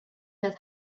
that